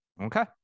Okay